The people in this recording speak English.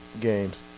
games